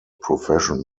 profession